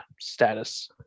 status